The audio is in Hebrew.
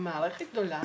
היא מערכת גדולה,